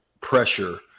pressure